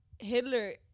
hitler